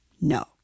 No